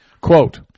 Quote